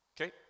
Okay